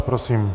Prosím.